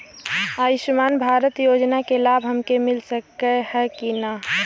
आयुष्मान भारत योजना क लाभ हमके मिल सकत ह कि ना?